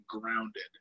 grounded